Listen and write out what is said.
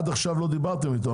עד כה לא דיברתם איתו.